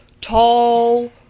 tall